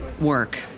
work